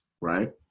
right